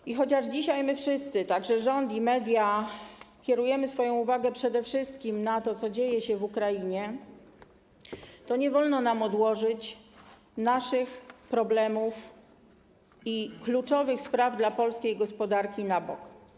I chociaż dzisiaj my wszyscy, także rząd i media, kierujemy swoją uwagę przede wszystkim na to, co dzieje się w Ukrainie, to nie wolno nam naszych problemów i spraw kluczowych dla polskiej gospodarki odłożyć na bok.